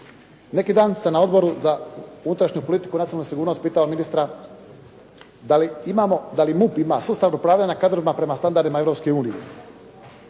Neki dan sam na Odboru za unutrašnju politiku i nacionalnu sigurnost pitao ministra da li imamo, da li MUP ima sustav upravljanja kadrovima prema standardima